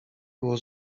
było